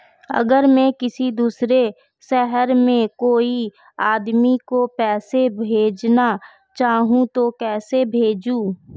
अगर मैं किसी दूसरे शहर में कोई आदमी को पैसे भेजना चाहूँ तो कैसे भेजूँ?